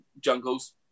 jungles